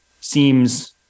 seems